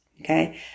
Okay